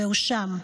והוא שם.